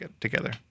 together